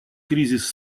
кризис